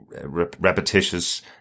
repetitious